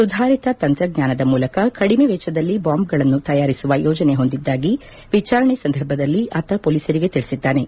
ಸುಧಾರಿತ ತಂತ್ರಜ್ಞಾನದ ಮೂಲಕ ಕದಿಮೆ ವೆಚ್ಚದಲ್ಲಿ ಬಾಂಬ್ಗಳನ್ನು ತಯಾರಿಸುವ ಯೋಜನೆ ಹೊಂದಿದ್ದಾಗಿ ವಿಚಾರಣೆ ಸಂದರ್ಭದಲ್ಲಿ ಪೊಲೀಸರಿಗೆ ತಿಳಿಸಿದ್ದಾನೆ